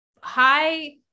high